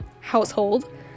household